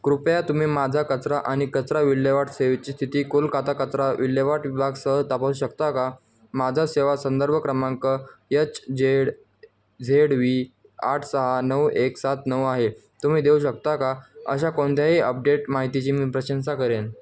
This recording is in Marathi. कृपया तुम्ही माझा कचरा आणि कचरा विल्हेवाट सेवेची स्थिती कोलकाता कचरा विल्हेवाट विभगसह तापासू शकता का माझा सेवा संदर्भ क्रमांक एच झेड झेड वी आठ सहा नऊ एक सात नऊ आहे तुम्ही देऊ शकता का अशा कोणत्याही अपडेट माहितीची मी प्रशंसा करेन